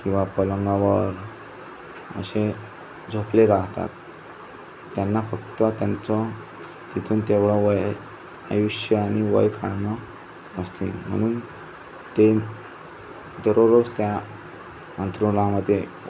किंवा पलंगावर असे झोपले राहतात त्यांना फक्त त्यांचं तिथून तेवढं वय आयुष्य आणि वय काढणं असतील म्हणून ते दररोज त्या अंथरुणामध्ये